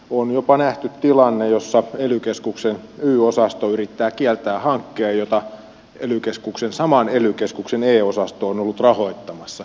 on jopa nähty tilanne jossa ely keskuksen y osasto yrittää kieltää hankkeen jota saman ely keskuksen e osasto on ollut rahoittamassa